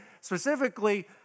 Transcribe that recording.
specifically